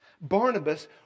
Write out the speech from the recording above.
Barnabas